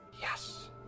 Yes